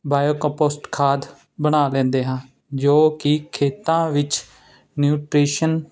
bio compost ਖਾਦ ਬਣਾ ਲੈਂਦੇ ਹਾਂ ਜੋ ਕਿ ਖੇਤਾਂ ਵਿੱਚ ਨਿਊਟਰੀਸ਼ਨ